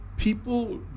People